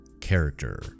character